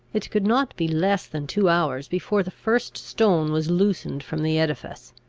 it could not be less than two hours before the first stone was loosened from the edifice.